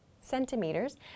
centimeters